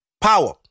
Power